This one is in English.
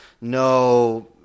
No